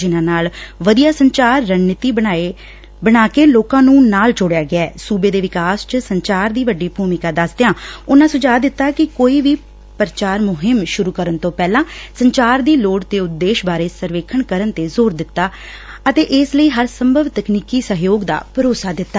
ਜਿਨ੍ਹਾਂ ਨਾਲ ਵਧੀਆ ਸੰਚਾਰ ਰਣਨੀਤੀ ਬਣਾਕੇ ਲੋਕਾਂ ਨੂੰ ਨਾਲ ਜੋੜਿਆ ਗਿਐ ਸੂਬੇ ਦੇ ਵਿਕਾਸ ਚ ਸੰਚਾਰ ਦੀ ਵੱਡੀ ਭੂਮਿਕਾ ਦਸਦਿਆਂ ਉਨਾਂ ਸੁਝਾਅ ਦਿੱਤਾ ਕਿ ਕੋਈ ਵੀ ਪ੍ਰਚਾਰ ਮੁਹਿੰਮ ਸੁਰੂ ਕਰਨ ਤੋ ਪਹਿਲਾਂ ਸੰਚਾਰ ਦੀ ਲੋੜ ਤੇ ਉਦੇਸ਼ ਬਾਰੇ ਸਰਵੇਖਣ ਕਰਨ ਤੇ ਜ਼ੋਰ ਦਿੱਤਾ ਅਤੇ ਇਸ ਲਈ ਹਰ ਸੰਭਵ ਤਕਨੀਕੀ ਸਹਿਯੋਗ ਦਾ ਭਰੋਸਾ ਦਿੱਤਾ